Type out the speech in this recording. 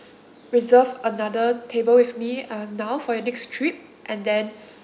reserve another table with me um now for your next trip and then